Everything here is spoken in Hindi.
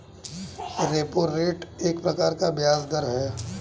रेपो रेट एक प्रकार का ब्याज़ दर है